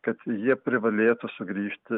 kad jie privalėtų sugrįžti